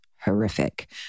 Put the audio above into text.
horrific